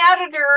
editor